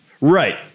Right